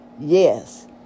Yes